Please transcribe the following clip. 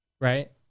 right